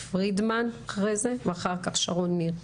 אחרי זה פרידמן ואחר כך, שרון ניר.